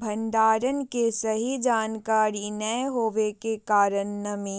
भंडारण के सही जानकारी नैय होबो के कारण नमी,